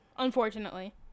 Unfortunately